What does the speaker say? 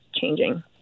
changing